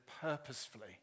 purposefully